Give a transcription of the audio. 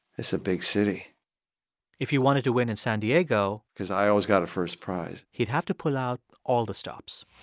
this is a big city if he wanted to win in san diego. because i always got a first prize he'd have to pull out all the stops